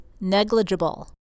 negligible